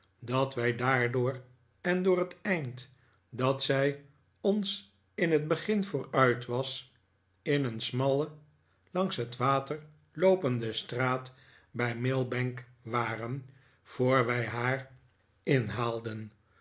dat wij daardoor en door het eind dat zij ons in het begin vooruit was in een smalle langs het water loopende straat bij millbank waren voor wij haar inhaalden